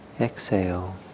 exhale